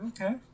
Okay